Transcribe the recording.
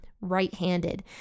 right-handed